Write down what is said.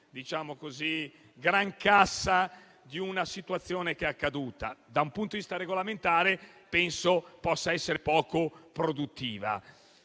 di grancassa di una situazione che è accaduta? Da un punto di vista regolamentare penso possa essere poco produttiva.